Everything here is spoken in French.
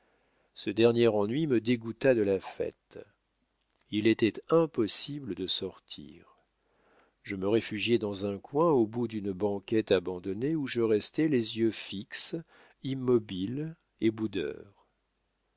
ce dernier ennui me dégoûta de la fête il était impossible de sortir je me réfugiai dans un coin au bout d'une banquette abandonnée où je restai les yeux fixes immobile et boudeur